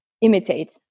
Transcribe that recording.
imitate